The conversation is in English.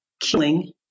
killing